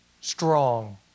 Strong